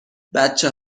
بچه